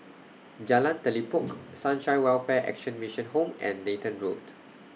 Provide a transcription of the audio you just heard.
Jalan Telipok Sunshine Welfare Action Mission Home and Nathan Road